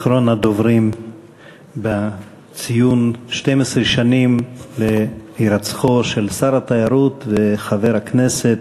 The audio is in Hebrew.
אחרון הדוברים בציון 12 שנים להירצחו של שר התיירות וחבר הכנסת